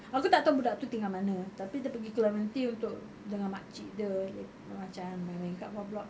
aku tak tahu budak tu tinggal mana tapi dia pergi clementi untuk dengan makcik dia macam main-main kat bawah block